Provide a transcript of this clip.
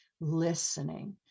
listening